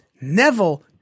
Neville